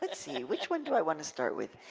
let's see, which one do i want to start with?